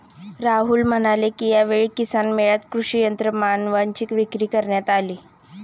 राहुल म्हणाले की, यावेळी किसान मेळ्यात कृषी यंत्रमानवांची विक्री करण्यात आली